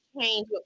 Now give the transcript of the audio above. change